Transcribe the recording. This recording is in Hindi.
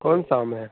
कौन सा आम है